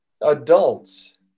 adults